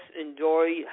enjoy